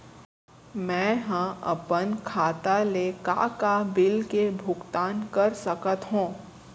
मैं ह अपन खाता ले का का बिल के भुगतान कर सकत हो